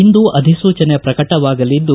ಇಂದು ಅಧಿಸೂಚನೆ ಪ್ರಕಟವಾಗಲಿದ್ದು